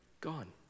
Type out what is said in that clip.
Gone